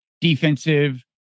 defensive